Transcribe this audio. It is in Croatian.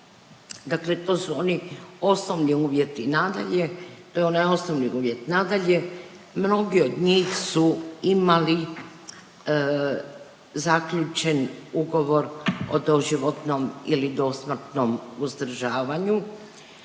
Dakle, to su oni osnovni uvjeti. Nadalje. To je onaj osnovni uvjet. Nadalje, mnogi od njih su imali zaključen ugovor o doživotnom ili dosmrtnom uzdržavanju